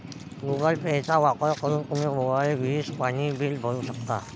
Google पेचा वापर करून तुम्ही मोबाईल, वीज, पाणी बिल भरू शकता